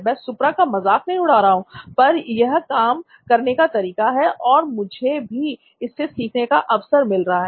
मैं सुप्रा का मजाक नहीं उड़ा रहा हूं पर यह काम करने का एक तरीका है और मुझे भी इससे सीखने का अवसर मिल रहा है